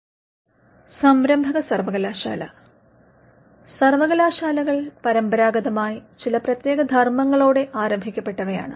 ഓൺട്രപ്രണയറിൽ university സംരംഭക സർവകലാശാല സർവ്വകലാശാലകൾ പരമ്പരാഗതമായി ചില പ്രതേകധർമ്മങ്ങളോടെ ആരംഭിക്കപ്പെട്ടവയാണ്